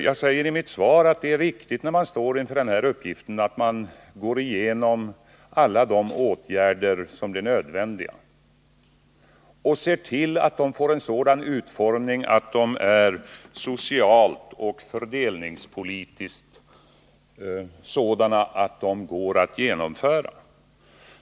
Jag säger i mitt svar att det är riktigt, när man står inför den här uppgiften, att man går igenom alla de åtgärder som blir nödvändiga och ser till att de får en utformning som gör att de är socialt och fördelningspolitiskt sådana att de går att genomföra.